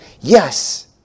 yes